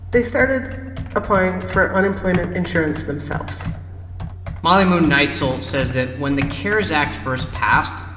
they started applying for unemployment insurance themselves molly moon neitzel says that when the cares act first passed,